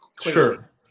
Sure